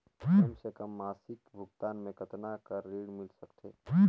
कम से कम मासिक भुगतान मे कतना कर ऋण मिल सकथे?